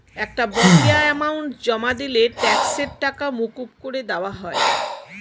একটা বকেয়া অ্যামাউন্ট জমা দিলে ট্যাক্সের টাকা মকুব করে দেওয়া হয়